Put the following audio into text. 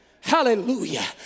hallelujah